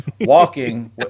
walking